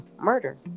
murder